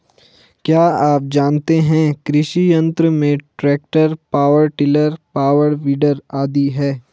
क्या आप जानते है कृषि यंत्र में tractor, power tiller, power weeder आदि है?